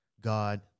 God